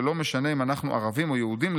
ולא משנה אם אנחנו ערבים או יהודים,